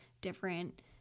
different